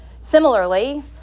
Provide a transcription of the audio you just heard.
Similarly